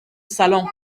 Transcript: salon